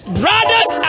brothers